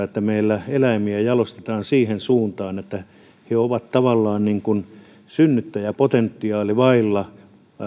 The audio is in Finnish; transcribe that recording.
että meillä eläimiä jalostetaan siihen suuntaan että ne ovat tavallaan kuin synnyttäjäpotentiaali vailla